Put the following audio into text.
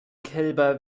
kälber